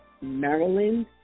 Maryland